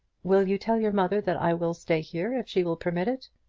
will you tell your mother that i will stay here, if she will permit it?